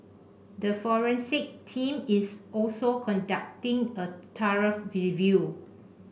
a forensic team is also conducting a thorough review